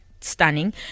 Stunning